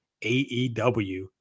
AEW